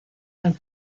del